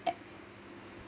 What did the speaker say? at